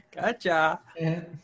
gotcha